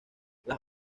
las